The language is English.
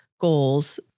goals